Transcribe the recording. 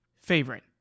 favorite